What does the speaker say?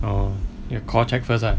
oh ya call check first ah